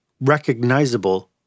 recognizable